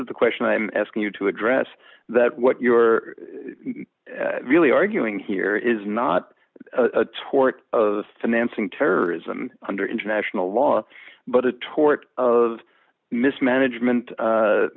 is the question i'm asking you to address that what you're really arguing here is not a tort of financing terrorism under international law but a tort of mismanagement